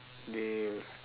they